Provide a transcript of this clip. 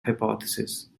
hypothesis